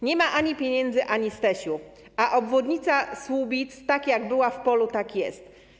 Nie ma ani pieniędzy, ani STEŚ-u, a obwodnica Słubic, tak jak była w polu, tak jest.